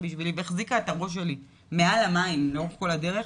בשבילי והחזיקה את הראש שלי מעל המים לאורך כל הדרך,